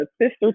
sister